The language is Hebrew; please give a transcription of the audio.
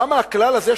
למה הכלל הזה,